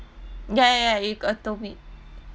ya ya ya you got told me